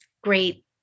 great